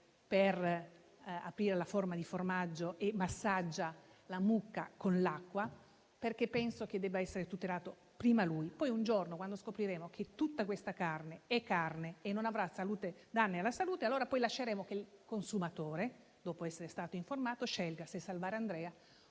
di aprire la forma di formaggio e massaggia la mucca con l'acqua, perché penso che debba essere tutelato lui per primo. Poi, quando un giorno scopriremo che tutta questa carne è carne e che non arreca danni alla salute, lasceremo che il consumatore, dopo essere stato informato, scelga se salvare Andrea